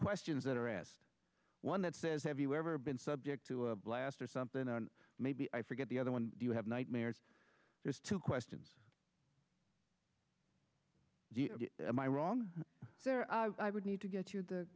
questions that are asked one that says have you ever been subject to a blast or something and maybe i forget the other one do you have nightmares there's two questions my wrong there i would need to get you th